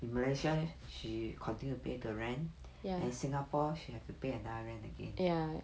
in malaysia she continue to pay the rent and singapore she have to pay another rent again it is very difficult lah